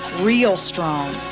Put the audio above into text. real strong.